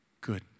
Good